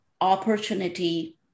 opportunity